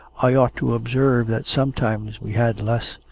i ought to observe that sometimes we had less,